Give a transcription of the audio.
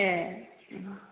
ए